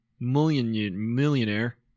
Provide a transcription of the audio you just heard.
Millionaire